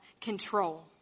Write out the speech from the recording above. control